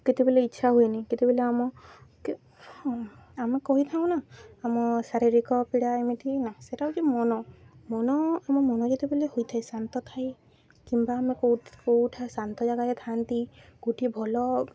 କେତେବେଲେ ଇଚ୍ଛା ହୁଏନି କେତେବେଲେ ଆମ ଆମେ କହିଥାଉ ନା ଆମ ଶାରୀରିକ ପୀଡ଼ା ଏମିତି ନା ସେଇଟା ହଉଚି ମନ ମନ ଆମ ମନ ଯେତେବେଲେ ହୋଇଥାଏ ଶାନ୍ତ ଥାଏ କିମ୍ବା ଆମେ କେଉଁ କେଉଁଠା ଶାନ୍ତ ଜାଗାରେ ଥାଆନ୍ତି କେଉଁଠି ଭଲ